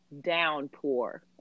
downpour